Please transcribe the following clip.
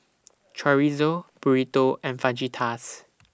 Chorizo Burrito and Fajitas